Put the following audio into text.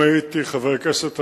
חבר הכנסת אריאל,